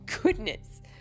goodness